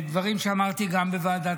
השבוע אני פוגש תקשורת שאומרת שאני תומך בהחזרת